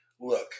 look